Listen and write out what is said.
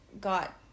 got